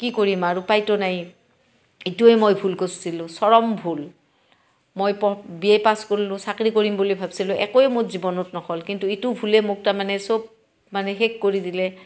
কি কৰিম আৰু উপায়তো নাই ইটোৱে মই ভুল কৰিছিলোঁ চৰম ভুল মই প বি এ পাছ কৰিলোঁ চাকৰি কৰিম বুলি ভাবছিলোঁ একোৱে মোৰ জীৱনত নহ'ল কিন্তু ইটো ভুলে মোক তাৰমানে চব মানে শেষ কৰি দিলে